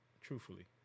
Truthfully